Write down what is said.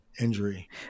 injury